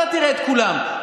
אתה תראה את כולם,